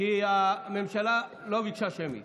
כי הממשלה לא ביקשה שמית.